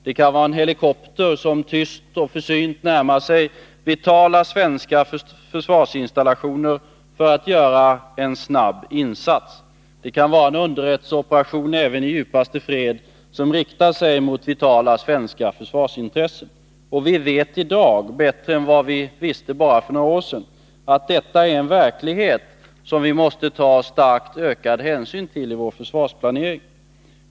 Det kan vara en helikopter som tyst och försynt närmar sig vitala svenska försvarsinstallationer för att göra en snabb insats. Det kan vara en underrättelseoperation även i djupaste fred som riktar sig mot vitala svenska försvarsintressen. Vi vet i dag bättre än vad vi visste för bara några år sedan att detta är en verklighet som vi måste ta starkt ökad hänsyn till i vår försvarsplanering.